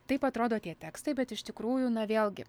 taip atrodo tie tekstai bet iš tikrųjų na vėlgi